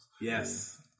Yes